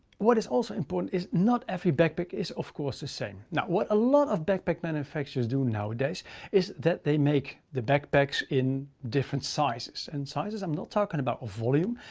what is also important is not every backpack is of course the same. now what a lot of backpack manufacturers do nowadays is that they make the backpacks in different sizes. and sizes. i'm not talking about volume.